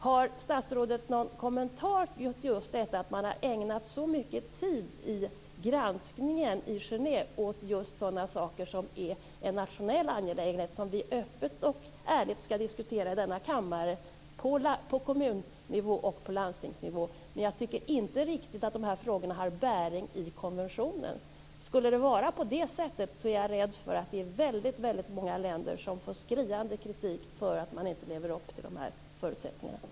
Har statsrådet någon kommentar till just detta att man i granskningen i Genève har ägnat så mycken tid åt sådana saker som är en nationell angelägenhet, saker som vi öppet och ärligt skall diskutera i denna kammare, på kommunnivå och på landstingsnivå? Jag tycker inte riktigt att de här frågorna har bäring i konventionen. Skulle det vara på det sättet är jag rädd för att många länder får skriande kritik för att de inte lever upp till de här förutsättningarna.